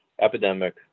epidemic